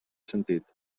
sentit